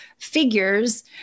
figures